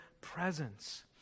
presence